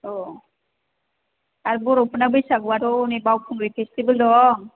अ आरो बर'फोरना बैसागुआथ' हनै बाउखुंग्रि फेस्टिभेल दं